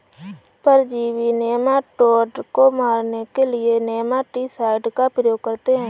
परजीवी नेमाटोड को मारने के लिए नेमाटीसाइड का प्रयोग करते हैं